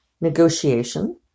Negotiation